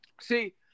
See